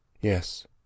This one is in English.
yes